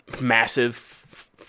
massive